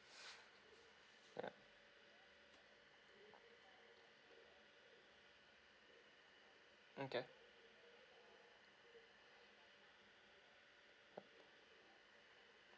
okay